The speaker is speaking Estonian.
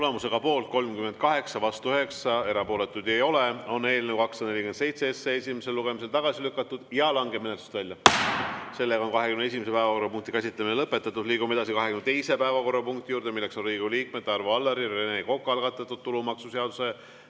Tulemusega poolt 38, vastu 9, erapooletuid ei ole, on eelnõu 247 esimesel lugemisel tagasi lükatud ja langeb menetlusest välja. 21. päevakorrapunkti käsitlemine on lõpetatud. Liigume edasi 22. päevakorrapunkti juurde. See on Riigikogu liikmete Arvo Alleri ja Rene Koka algatatud tulumaksuseaduse